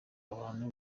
abantu